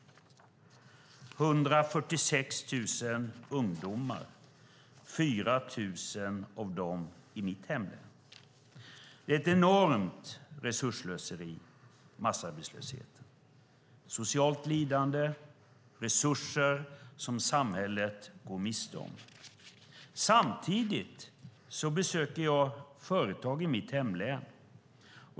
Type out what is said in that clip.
Det är 146 000 ungdomar, och 4 000 av dem i mitt hemlän. Massarbetslösheten är ett enormt resursslöseri, ett socialt lidande och resurser som samhället går miste om. Samtidigt besöker jag företag i mitt hemlän.